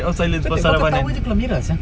apasal kau ketawa jer keluar merah sia